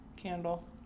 candle